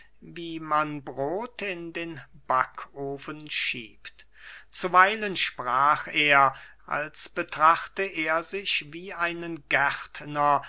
wie man brot in den backofen schiebt zuweilen sprach er als betrachte er sich wie einen gärtner